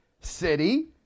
City